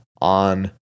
on